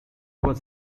was